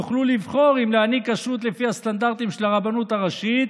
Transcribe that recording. יוכלו לבחור אם להעניק כשרות לפי הסטנדרטים של הרבנות הראשית